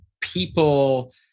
people